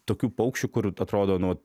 tokių paukščių kur atrodo nu